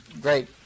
great